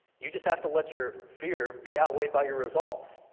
you just have to let your fear be out weighed by your resolve.